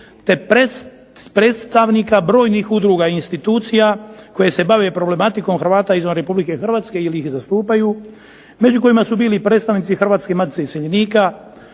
te predstavnika brojnih udruga i institucija koji se bave problematikom Hrvata izvan Republike Hrvatske ili ih zastupaju među kojima su bili predstavnici Hrvatske matice iseljenika,